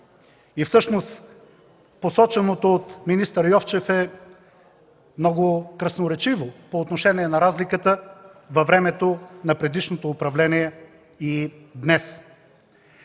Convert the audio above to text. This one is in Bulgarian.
Всъщност посоченото от министър Йовчев е много красноречиво по отношение на разликата във времето на предишното управление и днес.